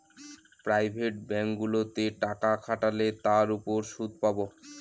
private ব্যাঙ্কগুলোতে টাকা খাটালে তার উপর সুদ পাবো